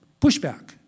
pushback